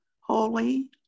holy